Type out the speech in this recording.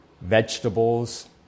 vegetables